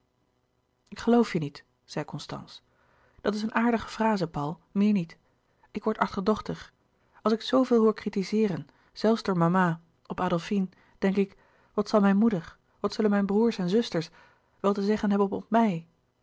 ik geloof je niet zei constance dat is een aardige fraze paul meer niet ik word achterdochtig als ik zooveel hoor kritizeeren zelfs door mama op adolfine denk ik wat zal mijn moeder wat zullen mijn broêrs en zusters wel te zeggen hebben op mij